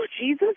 Jesus